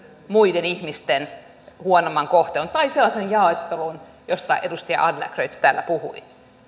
muiden ihmisten huonomman kohtelun tai sellaisen jaottelun josta edustaja adlercreutz täällä puhui